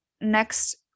next